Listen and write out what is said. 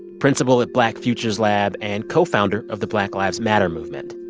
principal at black futures lab and co-founder of the black lives matter movement.